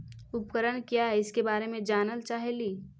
उपकरण क्या है इसके बारे मे जानल चाहेली?